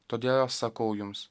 todėl sakau jums